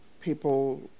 people